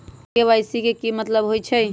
KYC के कि मतलब होइछइ?